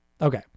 Okay